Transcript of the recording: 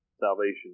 salvation